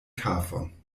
kafon